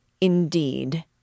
Indeed